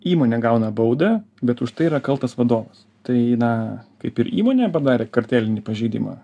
įmonė gauna baudą bet už tai yra kaltas vadovas tai na kaip ir įmonė padarė kartelinį pažeidimą